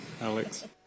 Alex